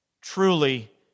truly